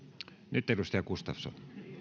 nyt edustaja gustafsson